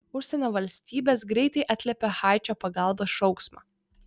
užsienio valstybės greitai atliepė haičio pagalbos šauksmą